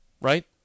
Right